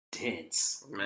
dense